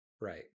right